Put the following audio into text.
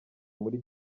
muri